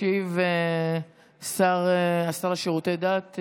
ישיב השר לשירותי דת,